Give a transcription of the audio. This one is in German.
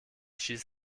schieß